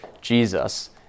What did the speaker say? Jesus